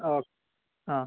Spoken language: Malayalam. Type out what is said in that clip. ഓ ആ